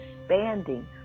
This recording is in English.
expanding